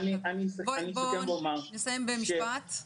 הוא נסיים במשפט.